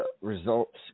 results